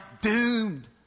doomed